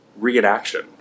reenaction